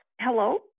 Hello